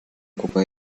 copa